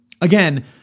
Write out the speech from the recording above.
again